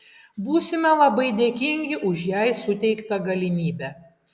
būsime labai dėkingi už jai suteiktą galimybę